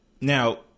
now